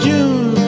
June